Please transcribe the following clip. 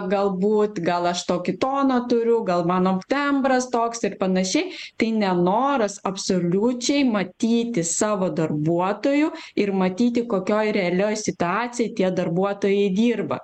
galbūt gal aš tokį toną turiu gal mano tembras toks ir panašiai tai nenoras absoliučiai matyti savo darbuotojų ir matyti kokioj realioj situacijoj tie darbuotojai dirba